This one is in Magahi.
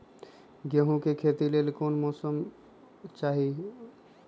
गेंहू के खेती के लेल कोन मौसम चाही अई?